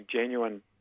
genuine